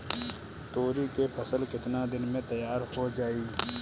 तोरी के फसल केतना दिन में तैयार हो जाई?